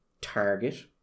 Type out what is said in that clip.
target